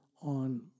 on